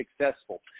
successful